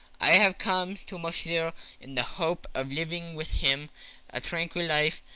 i have come to monsieur in the hope of living with him a tranquil life,